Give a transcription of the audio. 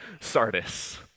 Sardis